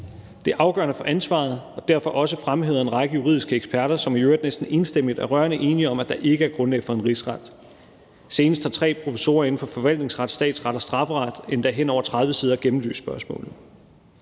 Det er afgørende for ansvaret og derfor også fremhævet af en række juridiske eksperter, som i øvrigt næsten enstemmigt er rørende enige om, at der ikke er grundlag for en rigsret. Senest har tre professorer inden for forvaltningsret, statsret og strafferet endda hen over 30 sider gennemlyst spørgsmålene.